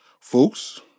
Folks